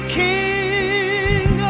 king